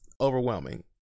overwhelming